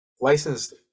licensed